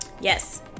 Yes